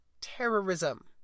terrorism